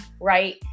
right